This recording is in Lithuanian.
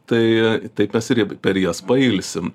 tai taip mes irgi p per jas pailsim